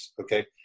Okay